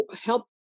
help